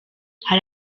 hari